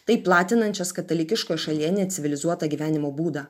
taip platinančias katalikiškoj šalyje necivilizuotą gyvenimo būdą